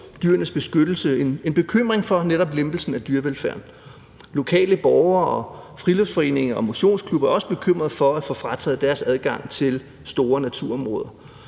Dyrenes Beskyttelse udtrykt en bekymring for netop lempelsen af dyrevelfærden. Lokale borgere, friluftsforeninger og motionsklubber er også bekymrede for at få frataget deres adgang til store naturområder.